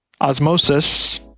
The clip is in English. osmosis